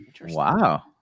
Wow